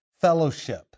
fellowship